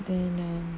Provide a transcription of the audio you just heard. then know